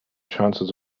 chances